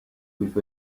with